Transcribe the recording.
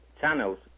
channels